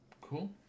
Cool